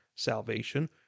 salvation